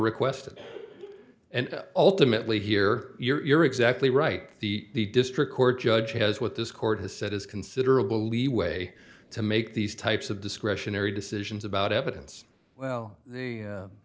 requested and ultimately here you're exactly right the the district court judge has what this court has said is considerable leeway to make these types of discretionary decisions about evidence well